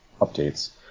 updates